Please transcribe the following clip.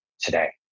today